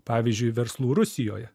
pavyzdžiui verslų rusijoje